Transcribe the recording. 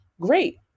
Great